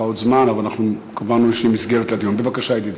בבקשה, ידידי.